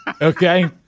Okay